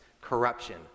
corruption